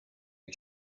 you